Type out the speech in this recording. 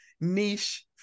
niche